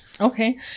okay